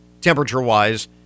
temperature-wise